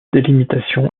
délimitation